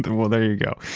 and well, there you go.